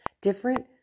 different